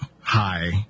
hi